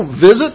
visit